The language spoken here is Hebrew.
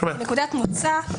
כנקודת מוצא,